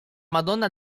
madonna